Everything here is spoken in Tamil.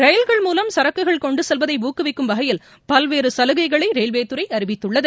ரயில்கள் மூலம் சரக்குகள் கொண்டு செல்வதை ஊக்குவிக்கும் வகையில் பல்வேறு சலுகைகளை ரயில்வே துறை அறிவித்துள்ளது